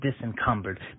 disencumbered